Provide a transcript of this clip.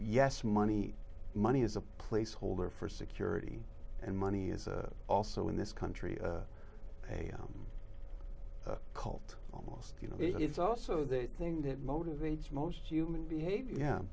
yes money money is a placeholder for security and money is also in this country a cult almost you know it's also the thing that motivates most human behavior yeah